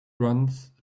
runs